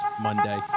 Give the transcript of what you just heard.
Monday